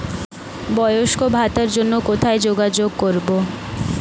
বয়স্ক ভাতার জন্য কোথায় যোগাযোগ করব?